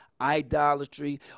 idolatry